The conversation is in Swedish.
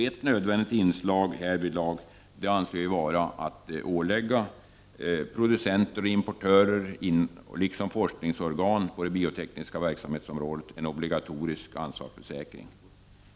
Ett nödvändigt inslag härvidlag anser vi vara att ålägga producenter och importörer, liksom forskningsorgan på det biotekniska verksamhetsområdet, en obligatorisk ansvarsförsäkring.